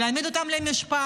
להעמיד אותם למשפט